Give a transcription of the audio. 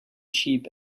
sheep